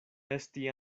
esti